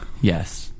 Yes